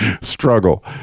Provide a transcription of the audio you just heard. struggle